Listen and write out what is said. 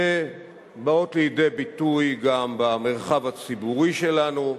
שבאות לידי ביטוי גם במרחב הציבורי שלנו,